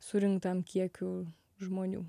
surinktam kiekių žmonių